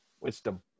Wisdom